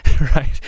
right